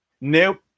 nope